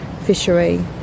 fishery